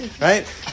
right